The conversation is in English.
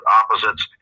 opposites